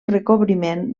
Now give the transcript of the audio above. recobriment